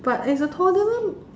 but as a toddler